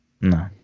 No